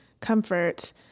comfort